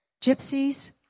gypsies